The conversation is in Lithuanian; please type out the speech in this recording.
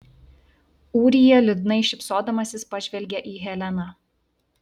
ūrija liūdnai šypsodamasis pažvelgė į heleną